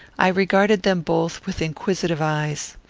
i regarded them both with inquisitive eyes.